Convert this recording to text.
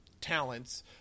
talents